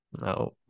No